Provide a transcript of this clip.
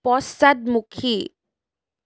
পশ্চাদমুখী